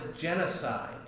genocide